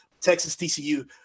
Texas-TCU